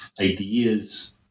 ideas